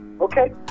Okay